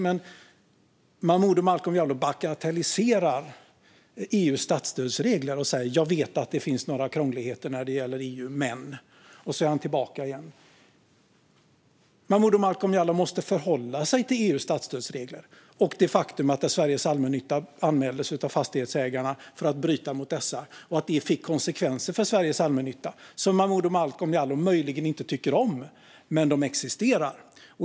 Momodou Malcolm Jallow bagatelliserar EU:s statsstödsregler och säger att han vet att det finns några krångligheter när det gäller EU men - och så är han tillbaka igen. Momodou Malcolm Jallow måste förhålla sig till EU:s statsstödsregler och det faktum att Sveriges Allmännytta anmäldes av Fastighetsägarna för att bryta mot dessa och att det fick konsekvenser för Sveriges Allmännytta som Momodou Malcolm Jallow möjligen inte tycker om men existerar.